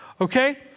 Okay